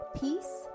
peace